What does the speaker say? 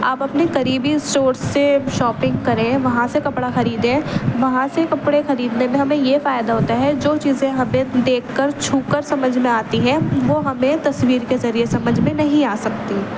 آپ اپنے قریبی اسٹور سے شاپنگ کریں وہاں سے کپڑا خریدیں وہاں سے کپڑے خریدنے میں ہمیں یہ فائدہ ہوتا ہے جو چیزیں ہمیں دیکھ کر چھو کر سمجھ میں آتی ہیں وہ ہمیں تصویر کے ذریعے سمجھ میں نہیں آ سکتیں